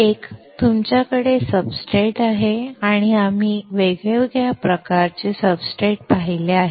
एक तुमच्याकडे सब्सट्रेट आहे आम्ही वेगवेगळ्या प्रकारचे सब्सट्रेट्स पाहिले आहेत